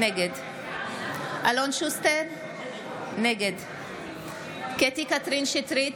נגד אלון שוסטר, נגד קטי קטרין שטרית,